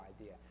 idea